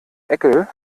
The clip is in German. eckel